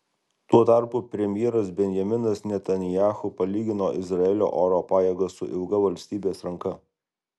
tuo tarpu premjeras benjaminas netanyahu palygino izraelio oro pajėgas su ilga valstybės ranka